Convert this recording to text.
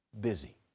busy